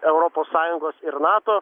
europos sąjungos ir nato